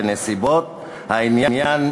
בנסיבות העניין,